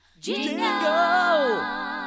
jingle